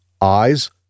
eyes